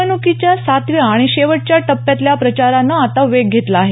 निवडणुकीच्या सातव्या आणि शेवटच्या टप्प्यातल्या प्रचारानं आता वेग घेतला आहे